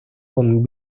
von